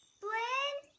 blynn?